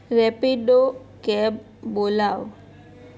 Rapido cab બોલાવ